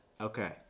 Okay